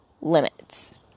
limits